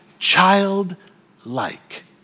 Childlike